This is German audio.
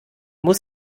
muss